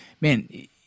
man